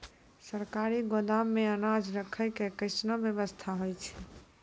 सरकारी गोदाम मे अनाज राखै के कैसनौ वयवस्था होय छै?